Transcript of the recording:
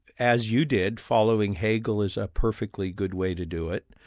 as you did, following hegel is a perfectly good way to do it.